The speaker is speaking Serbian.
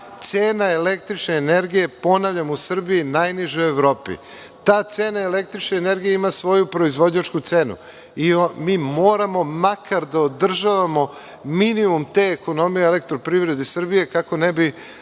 cena električne energije, ponavljam, u Srbiji je najniža u Evropi. Ta cena električne energije ima svoju proizvođačku cenu. Mi moramo, makar da održavamo minimum te ekonomije EPS kako ne bi